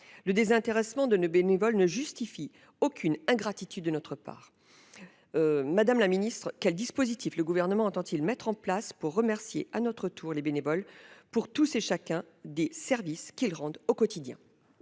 Le désintéressement de nos bénévoles ne justifie aucune ingratitude de notre part. Madame la ministre, quel dispositif le Gouvernement entend-il mettre en place afin de remercier les bénévoles pour tous les services qu'ils rendent au quotidien ?